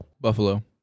Buffalo